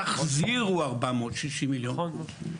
תחזירו 460 מיליון קוב.